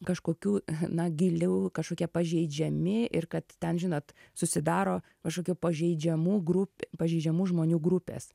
kažkokių na giliau kažkokie pažeidžiami ir kad ten žinot susidaro kažkokių pažeidžiamų grup pažeidžiamų žmonių grupės